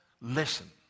listen